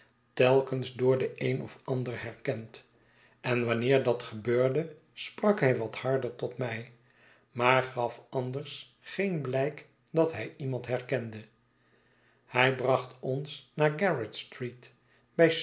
telkens door den een of ander herkend en wanneer dat gebeurde sprak hij wat harder tot mij maar gaf anders geen blijk dat hij iemand herkende hij bracht ons naar gerrard street bij